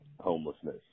homelessness